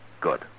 Good